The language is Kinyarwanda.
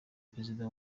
perezida